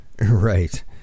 Right